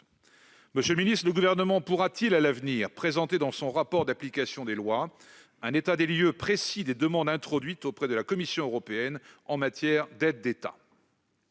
Monsieur le ministre, le Gouvernement pourrait-il à l'avenir présenter dans son rapport d'application des lois un état des lieux précis des demandes introduites auprès de la Commission européenne concernant des aides d'État ?